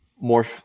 More